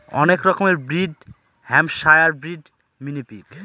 অনেক রকমের breed Hampshire breed, mini pig